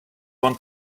want